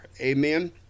Amen